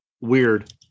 weird